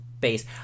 base